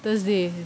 thursday